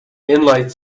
inline